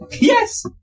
Yes